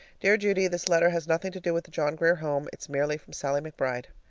dear judy this letter has nothing to do with the john grier home. it's merely from sallie mcbride.